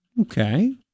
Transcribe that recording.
Okay